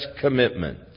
commitment